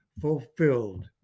fulfilled